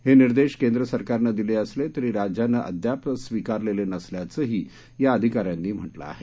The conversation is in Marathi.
हे निर्देश केंद्र सरकारनं दिले असले तरी राज्यानं अद्याप स्वीकारलेले नसल्याचंही या अधिकाऱ्यांनी म्हटलं आहे